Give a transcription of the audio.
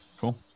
Cool